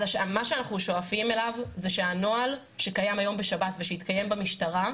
מה שאנחנו שואפים אליו זה שהנוהל שקיים היום בשב"ס ושיתקיים במשטרה,